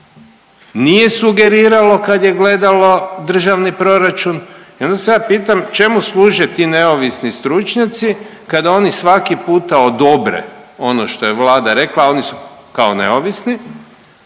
nije sugeriralo kad je gledalo državni proračun. I onda se ja pitam čemu služe ti neovisni stručnjaci kada oni svaki puta odobre ono što je Vlada rekla a oni su kao neovisni,